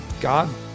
god